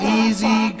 easy